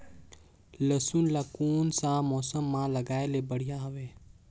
लसुन ला कोन सा मौसम मां लगाय ले बढ़िया हवे?